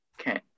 Okay